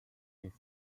his